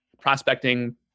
prospecting